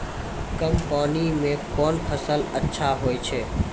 कम पानी म कोन फसल अच्छाहोय छै?